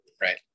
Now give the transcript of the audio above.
right